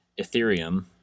Ethereum